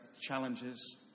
challenges